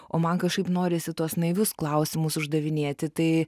o man kažkaip norisi tuos naivius klausimus uždavinėti tai